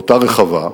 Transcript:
לאותה רחבה,